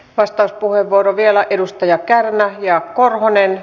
vastauspuheenvuoron vielä edustaja kärnä ja korhonen